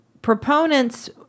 proponents